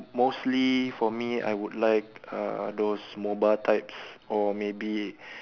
m~ mostly for me I would like uh those mobile types or maybe